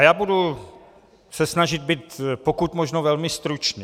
Já budu se snažit být pokud možno velmi stručný.